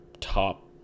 top